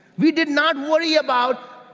we did not worry about,